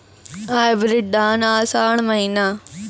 Hybrid धान आषाढ़ महीना?